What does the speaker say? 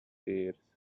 ears